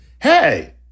Hey